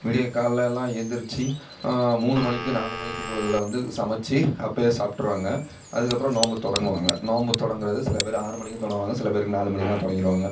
விடியக்காலலைலலாம் ஏந்திரிச்சு மூணு மணிக்கு நாலு மணிக்கு பொழுதுல வந்து சமைச்சி அப்போயே சாப்பிட்ருவாங்க அதுக்கப்புறம் நோன்பை தொடங்குவாங்க நோன்பை தொடங்குவது சில பேர் ஆறு மணிக்கும் தொடங்குவாங்க சில பேர் நாலு மணிக்கெலாம் தொடங்கிடுவாங்க